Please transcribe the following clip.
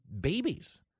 babies